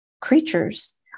creatures